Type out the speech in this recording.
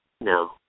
No